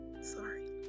Sorry